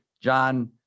John